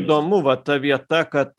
įdomu va ta vieta kad